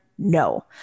No